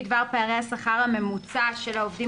פריט (2): נתונים בדבר פערי השכר הממוצע של העובדים